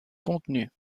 contenu